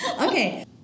Okay